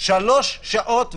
שלוש שעות,